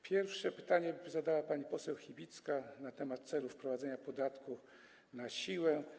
Pierwsze pytanie zadała pani poseł Chybicka na temat celu wprowadzenia podatku na siłę.